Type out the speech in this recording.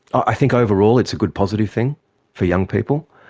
i think overall it's a good positive thing for young people,